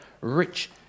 rich